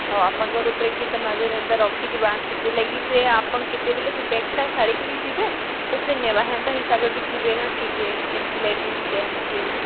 ଆଉ ଆପଣଙ୍କର୍ ଉପ୍ରେ କିଏ ତ ନଜର୍ ଏନ୍ତା ରଖିଥିବା ସେଥିର୍ଲାଗି ସେ ଆପଣ୍ କେତେବେଲେ ସେ ବ୍ୟାଗ୍ଟା ଛାଡ଼ିକରି ଯିବେ ତ ସେ ନେବା ହେନ୍ତା ହିସାବେ ବି ଥିବେ କେ କେ କେନ୍ସି ଲେଡ଼ିସ୍ ଜେନ୍ଟସ୍ କେ ବି